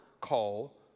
call